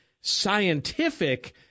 scientific